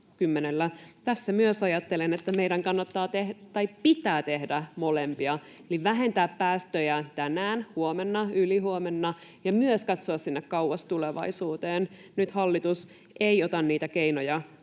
tästä ajattelen, että meidän kannattaa — tai pitää — tehdä molempia eli vähentää päästöjä tänään, huomenna, ylihuomenna ja myös katsoa sinne kauas tulevaisuuteen. Nyt hallitus ei ota niitä keinoja käyttöön,